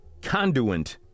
Conduent